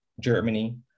Germany